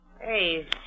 hey